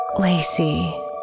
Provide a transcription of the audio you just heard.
Lacey